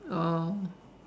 oh